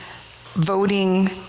voting